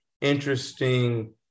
interesting